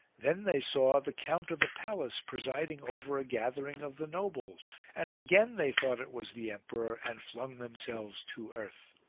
then they saw the count of the palace presiding over a gathering of the nobles and again they thought it was the emperor and flung themselves to earth.